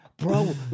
Bro